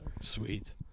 Sweet